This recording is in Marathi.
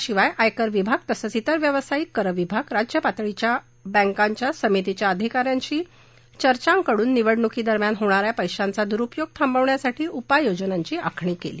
शिवाय आयकर विभाग तसंच त्रेर व्यावसायिक कर विभाग राज्यपातळीच्या बँकांच्या समितीच्या अधिका यांशी चर्चा करुन निवडणुकी दरम्यान होणारा पैशाचा दुरुपयोग थांबवण्यासाठी उपाययोजनांची आखणी केली